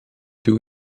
two